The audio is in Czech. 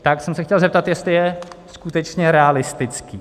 Tak jsem se chtěl zeptat, jestli je skutečně realistický.